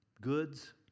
goods